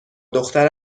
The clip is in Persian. دختر